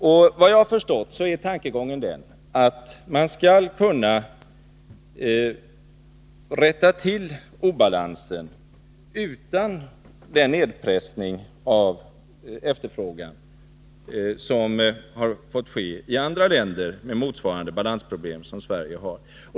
Om jag har förstått saken rätt, är tankegången den att man skall kunna rätta till obalansen utan den nedpressning av efterfrågan som har fått ske i andra länder med motsvarande balansproblem som Sverige har.